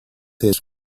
his